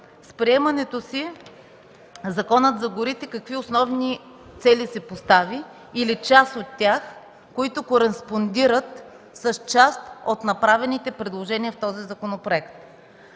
с приемането си Законът за горите какви основни цели си постави, или част от тях, които кореспондират с част от направените предложения в този законопроект: